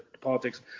politics